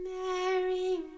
Mary